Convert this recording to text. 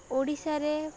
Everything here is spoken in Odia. ଓଡ଼ିଶାରେ